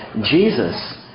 Jesus